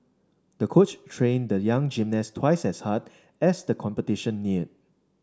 the coach trained the young gymnast twice as hard as the competition neared